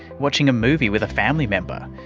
watching a movie with a family member,